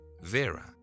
Vera